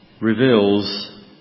reveals